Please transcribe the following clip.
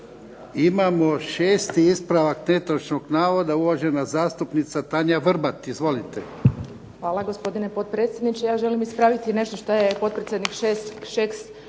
Imamo 6. ispravak netočnog navoda, uvažena zastupnica Tanja Vrbat. Izvolite.